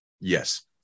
Yes